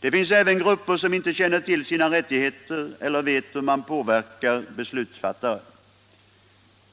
Det finns även grupper som inte känner till sina rättigheter eller vet hur man påverkar beslutsfattare.